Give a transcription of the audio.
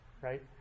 right